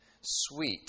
sweet